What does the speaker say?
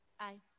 Aye